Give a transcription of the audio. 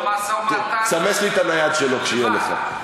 למשא-ומתן, סמס לי את הנייד שלו כשיהיה לך.